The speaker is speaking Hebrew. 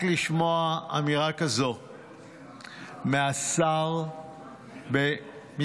רק לשמוע אמירה כזו מהשר במשרד